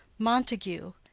montague,